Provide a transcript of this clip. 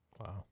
Wow